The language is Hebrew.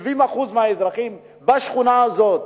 70% מהאזרחים בשכונה הזאת,